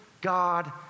God